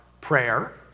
prayer